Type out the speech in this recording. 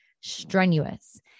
strenuous